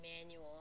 manual